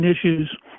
issues